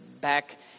back